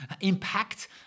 impact